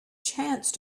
chance